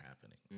happening